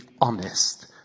honest